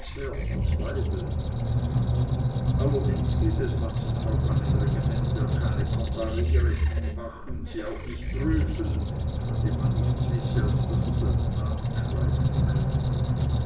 als weibel allerdings gebe es manchen haupt mann im regiment der keine kompanie rechnung machen sie auch nicht prüfen von dem man nichts wisse als daß er seinen namen schreiben könne